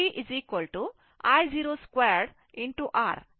ಆದ್ದರಿಂದ i 0 t V 0 t 60 10 3 ಆಗಿರುತ್ತದೆ